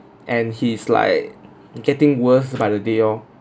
and he is like getting worse by the day lor